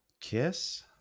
KISS